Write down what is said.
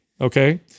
okay